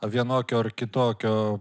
vienokio ar kitokio